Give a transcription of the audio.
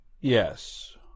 Yes